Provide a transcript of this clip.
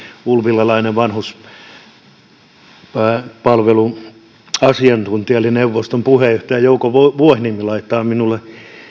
ulvilalainen vanhuspalveluasiantuntija eli neuvoston puheenjohtaja jouko vuohiniemi laittaa minulle